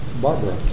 Barbara